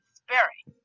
spirit